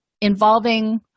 involving